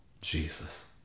Jesus